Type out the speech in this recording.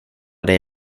dig